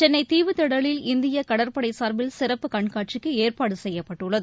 சென்னை தீவுத்திடலில் இந்திய கடற்படை சார்பில் சிறப்பு கண்காட்சிக்கு ஏற்பாடு செய்யப்பட்டுள்ளது